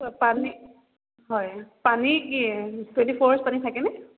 পানী হয় পানী কি টুৱেণ্টি ফ'ৰ আৱাৰ্ছ পানী থাকেনে